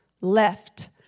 left